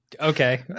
Okay